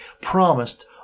promised